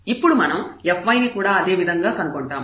ఇప్పుడు మనం fy ని కూడా అదేవిధంగా కనుగొంటాము